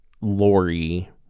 Lori